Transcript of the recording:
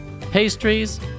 pastries